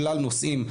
בשלל נושאים,